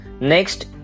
next